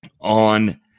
on